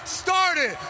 started